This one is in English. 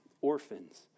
Orphans